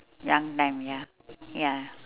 young time ya ya